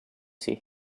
see